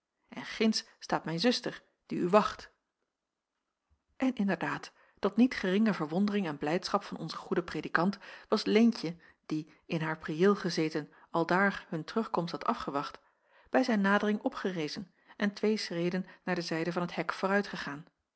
en ginds staat mijn zuster die u wacht en inderdaad tot niet geringe verwondering en blijdschap van onzen goeden predikant was leentje die in haar priëel gezeten aldaar hun terugkomst had afgewacht bij zijn nadering opgerezen en twee schreden naar de zijde van het hek